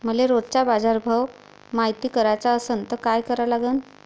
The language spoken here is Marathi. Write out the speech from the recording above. मले रोजचा बाजारभव मायती कराचा असन त काय करा लागन?